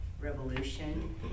revolution